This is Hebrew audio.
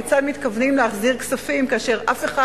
כיצד מתכוונים להחזיר כספים כאשר אף אחד